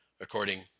according